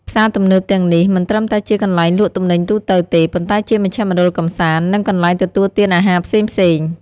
ផ្សារទំនើបទាំងនេះ មិនត្រឹមតែជាកន្លែងលក់ទំនិញទូទៅទេ ប៉ុន្តែជាមជ្ឈមណ្ឌលកម្សាន្ត និងកន្លែងទទួលទានអាហារផ្សេងៗ។